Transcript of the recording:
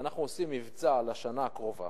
שאנחנו עושים מבצע לשנה הקרובה,